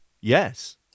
Yes